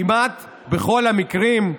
כמעט בכל המקרים,